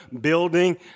building